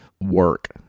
work